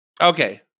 Okay